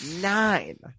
Nine